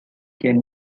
ken